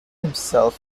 himself